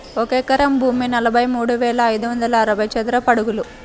ఒక ఎకరం భూమి నలభై మూడు వేల ఐదు వందల అరవై చదరపు అడుగులు